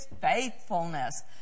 faithfulness